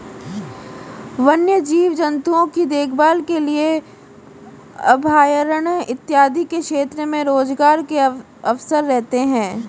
वन्य जीव जंतुओं की देखभाल के लिए अभयारण्य इत्यादि के क्षेत्र में रोजगार के अवसर रहते हैं